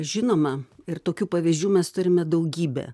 žinoma ir tokių pavyzdžių mes turime daugybę